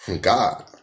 God